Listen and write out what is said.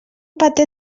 paté